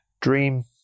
Dream